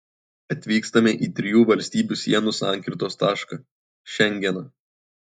atvykstame į trijų valstybių sienų sankirtos tašką šengeną